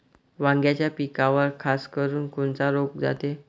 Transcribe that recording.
वांग्याच्या पिकावर खासकरुन कोनचा रोग जाते?